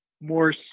more